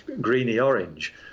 greeny-orange